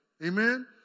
Amen